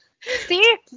see